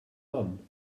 none